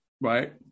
right